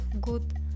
good